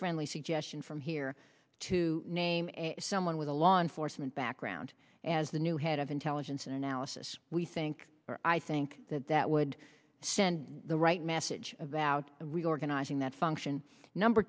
friendly suggestion from here to name someone with a law enforcement background as the new head of intelligence analysis we think i think that that would send the right message about reorganizing that function number